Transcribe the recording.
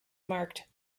marked